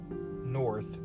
north